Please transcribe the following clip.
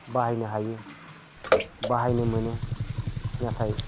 बाहायनो हायो बाहायनो मोनो नाथाय